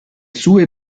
sue